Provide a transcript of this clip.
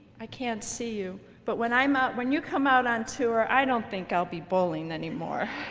i can't see you but when i'm out when you come out on tour i don't think i'll be bowling anymore.